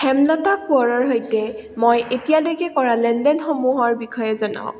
হেমলতা কোঁৱৰৰ সৈতে মই এতিয়ালৈকে কৰা লেনদেনসমূহৰ বিষয়ে জনাওক